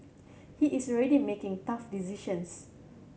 he is already making tough decisions